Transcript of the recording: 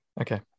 okay